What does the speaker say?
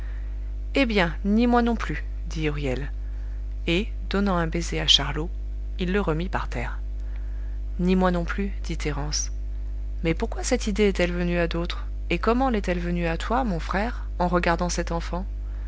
eh bien ni moi non plus dit huriel et donnant un baiser à charlot il le remit par terre ni moi non plus dit thérence mais pourquoi cette idée est-elle venue à d'autres et comment lest elle venue à toi mon frère en regardant cet enfant